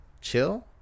chill